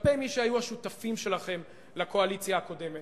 כלפי מי שהיו השותפים שלכם לקואליציה הקודמת,